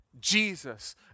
Jesus